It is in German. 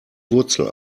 wurzel